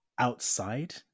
outside